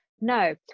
no